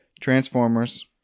Transformers